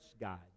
God